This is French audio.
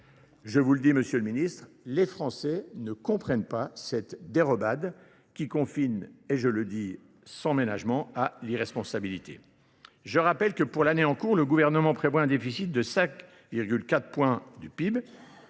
Je vous le dis, Monsieur le Ministre, les Français ne comprennent pas cette dérobade qui confine, et je le dis sans ménagement, à l'irresponsabilité. Je rappelle que pour l'année en cours, le gouvernement prévoit un déficit de 5,4 points du PIB.